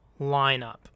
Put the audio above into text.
lineup